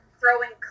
throwing